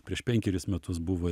prieš penkerius metus buvo